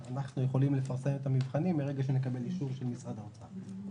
אנחנו יכולים לפרסם את התבחינים מרגע שנקבל אישור של משרד האוצר.